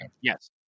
Yes